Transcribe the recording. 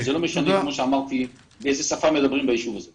זה לא משנה באיזה שפה מדברים ביישוב הזה.